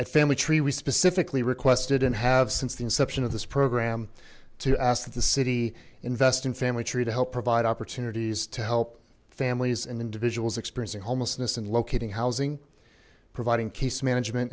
at family tree we specifically requested and have since the inception of this program to ask that the city invest in family tree to help provide opportunities to help families and individuals experiencing homelessness in locating housing providing case management